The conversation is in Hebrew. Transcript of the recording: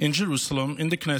in Jerusalem, in the Knesset,